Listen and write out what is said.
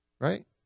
right